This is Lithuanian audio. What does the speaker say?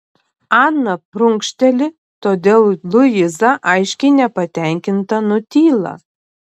ana prunkšteli todėl luiza aiškiai nepatenkinta nutyla